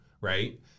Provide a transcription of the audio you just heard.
right